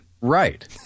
Right